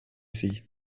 sie